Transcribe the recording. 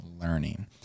learning